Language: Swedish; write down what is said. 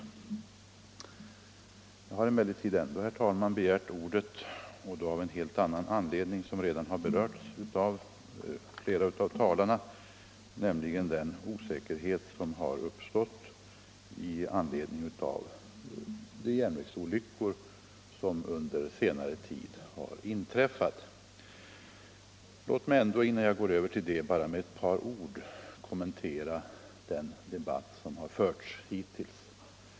Jag har emellertid begärt ordet ändå, herr talman, och då av en helt annan anledning, som redan har berörts av flera av talarna, nämligen den osäkerhet som uppstått med anledning av de järnvägsolyckor som under senare tid har inträffat. Låt mig innan jag övergår till det bara med ett par ord kommentera den debatt som förts hittills.